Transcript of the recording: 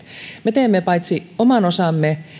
me paitsi teemme oman osamme